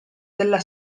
della